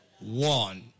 One